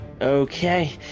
Okay